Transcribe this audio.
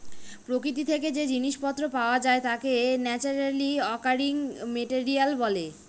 প্রকৃতি থেকে যে জিনিস পত্র পাওয়া যায় তাকে ন্যাচারালি অকারিং মেটেরিয়াল বলে